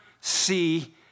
see